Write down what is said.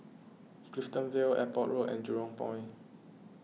Clifton Vale Airport Road and Jurong Point